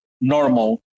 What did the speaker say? normal